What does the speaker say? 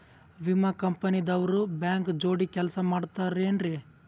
ವಿಮಾ ಕಂಪನಿ ದವ್ರು ಬ್ಯಾಂಕ ಜೋಡಿ ಕೆಲ್ಸ ಮಾಡತಾರೆನ್ರಿ?